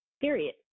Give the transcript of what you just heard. Period